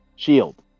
shield